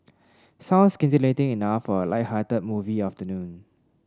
sounds scintillating enough for a lighthearted movie afternoon